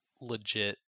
legit